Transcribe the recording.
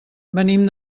venim